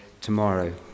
tomorrow